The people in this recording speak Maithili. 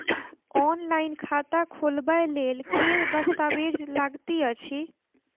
ऑनलाइन खाता खोलबय लेल केँ दस्तावेज लागति अछि?